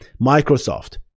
Microsoft